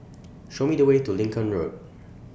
Show Me The Way to Lincoln Road